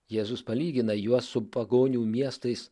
jėzus palygina juos su pagonių miestais